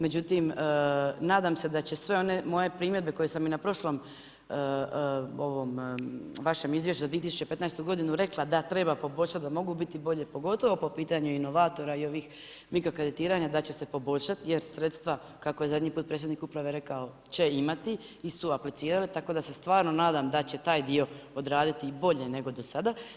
Međutim, nadam se da će sve one moje primjedbe koje sam i na prošlom vašem izvješću za 2015. rekla da treba poboljšati, da mogu biti bolji, pogotovo po pitanju inovatora i ovih mikrokreditiranja da će se poboljšati, jer sredstva, kako je zadnji put predsjednik uprave rekao, će imati i su aplicirati tako da se stvarno nadam da će taj dio odraditi bolje nego do sada.